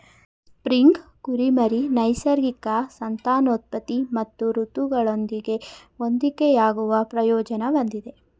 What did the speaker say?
spring ಕುರಿಮರಿ ನೈಸರ್ಗಿಕ ಸಂತಾನೋತ್ಪತ್ತಿ ಮತ್ತು ಋತುಗಳೊಂದಿಗೆ ಹೊಂದಿಕೆಯಾಗುವ ಪ್ರಯೋಜನ ಹೊಂದಿದೆ